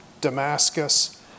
Damascus